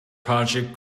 project